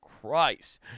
Christ